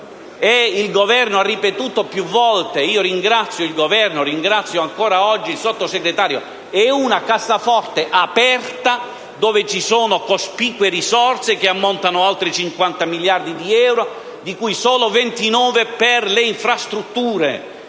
il Governo ha ripetuto più volte, e ringrazio per questo il Governo e ancora oggi il Sottosegretario. È una cassaforte aperta, dove ci sono cospicue risorse, che ammontano a oltre 50 miliardi di euro, di cui 29 solo per le infrastrutture: